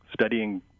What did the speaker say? studying